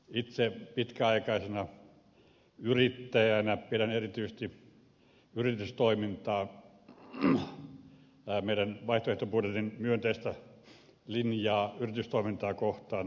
itse pitkäaikaisena yrittäjänä pidän erityisesti aiheettomana että arvostellaan meidän vaihtoehtobudjetissamme olevaa myönteistä linjaa yritystoimintaan kohtaan